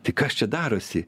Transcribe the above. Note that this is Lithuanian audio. tai kas čia darosi